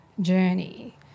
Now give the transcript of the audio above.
journey